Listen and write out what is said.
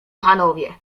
panowie